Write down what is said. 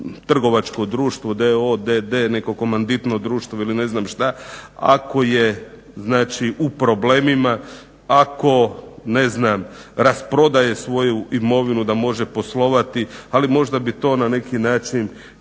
trgovačko društvo d.o.o., d.d. neko komanditno društvo ili ne znam šta ako je u problemima, ako ne znam rasprodaje svoju imovinu da može poslovati, ali možda bi to na neki način bio